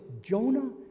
Jonah